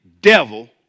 devil